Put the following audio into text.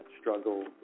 struggle